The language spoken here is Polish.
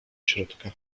środka